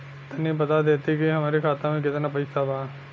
तनि बता देती की हमरे खाता में कितना पैसा बा?